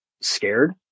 scared